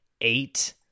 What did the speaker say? eight